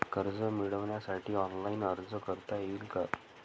कर्ज मिळविण्यासाठी ऑनलाइन अर्ज करता येईल का?